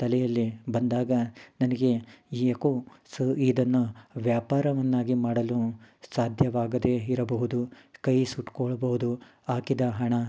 ತಲೆಯಲ್ಲಿ ಬಂದಾಗ ನನಗೆ ಏಕೋ ಸೊ ಇದನ್ನು ವ್ಯಾಪಾರವನ್ನಾಗಿ ಮಾಡಲು ಸಾಧ್ಯವಾಗದೇ ಇರಬಹುದು ಕೈ ಸುಟ್ಕೊಳ್ಬೌದು ಹಾಕಿದ ಹಣ